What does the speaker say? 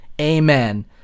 amen